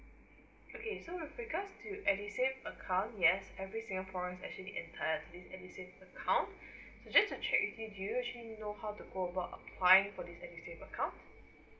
okay so with regards to edusave account yes every singaporean actually entitle to this edusave account so just to check with you do you know how to go about find for this edusave account